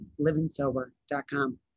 livingsober.com